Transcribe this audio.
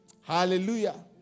Hallelujah